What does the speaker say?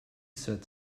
said